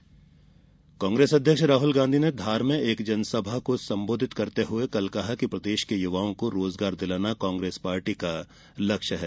राहुल गांधी काग्रेस अध्यक्ष राहुल गांधी ने धार में एक जनसभा को संबोधित करते हुए कल कहा कि प्रदेश के युवाओं को रोजगार दिलाना कांग्रेस पार्टी का लक्ष्य है